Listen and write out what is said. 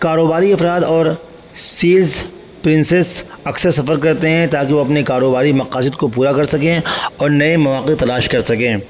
کاروباری افراد اور سیلس پرنسز اکثر سفر کرتے ہیں تاکہ وہ اپنے کاروباری مقاصد کو پورا کر سکیں اور نئے مواقع کو تلاش کر سکیں